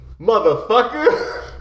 Motherfucker